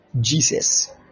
Jesus